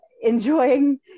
enjoying